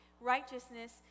righteousness